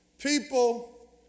People